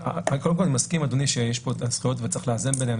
אני מסכים עם אדוני שיש פה --- זכויות וצריך לאזן ביניהן.